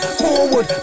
forward